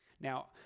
Now